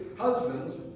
husbands